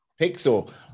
Pixel